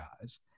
guys